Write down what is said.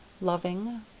Loving